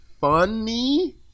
funny